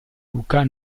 luca